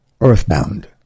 earthbound